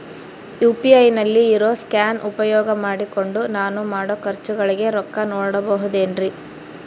UPI ನಲ್ಲಿ ಇರೋ scan ಉಪಯೋಗ ಮಾಡಿಕೊಂಡು ನಾನು ಮಾಡೋ ಖರ್ಚುಗಳಿಗೆ ರೊಕ್ಕ ನೇಡಬಹುದೇನ್ರಿ?